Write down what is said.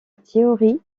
théorie